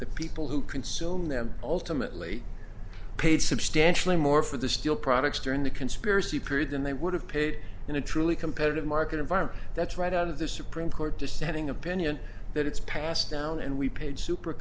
the people who consume them ultimately paid substantially more for the steel products during the conspiracy period than they would have paid in a truly competitive market environment that's right out of the supreme court dissenting opinion that it's passed down and we paid super